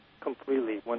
Completely